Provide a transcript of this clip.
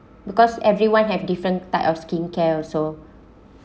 because everyone have different type of skincare also